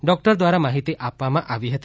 doctor દ્વારા માહિતી આપવામાં આવી હતી